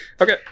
Okay